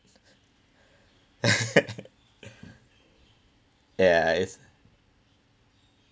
yes